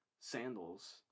sandals